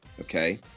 okay